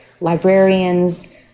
librarians